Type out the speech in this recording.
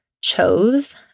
chose